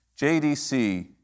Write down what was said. JDC